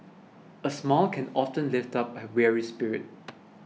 a smile can often lift up a weary spirit